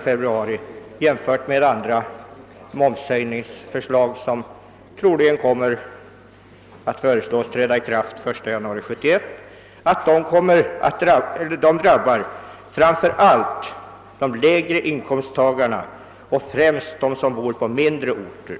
februari i år kommer därför jämfört med den momshöjning som troligen föreslås träda i kraft 1 januari 1971, fram för allt att drabba de lägre inkomsttagarna och då särskilt dem som bor på mindre orter.